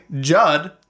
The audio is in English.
Judd